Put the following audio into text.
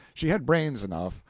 she had brains enough,